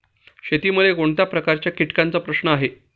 शेतीमध्ये कोणत्या प्रकारच्या कीटकांचा प्रश्न आहे?